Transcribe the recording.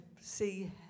see